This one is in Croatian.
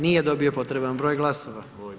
Nije dobio potreban broj glasova.